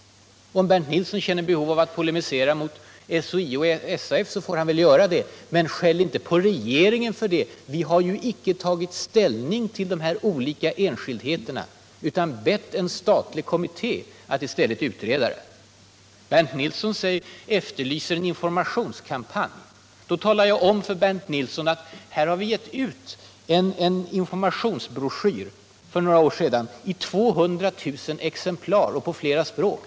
Om sedan 171 Bernt Nilsson känner behov av att polemisera mot SHIO och SAF så gör det, men skäll inte på regeringen. Vi har inte tagit ställning till de olika enskildheterna utan i stället bett en statlig kommitté att utreda de här frågorna. Bernt Nilsson efterlyser en informationskampanj. Jag talade om för Bernt Nilsson att det för några år sedan gavs ut en informationsbroschyr i 200 000 ex. och på flera språk.